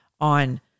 on